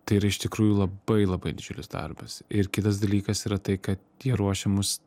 tai yra iš tikrųjų labai labai didžiulis darbas ir kitas dalykas yra tai kad jie ruošia mus